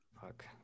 Fuck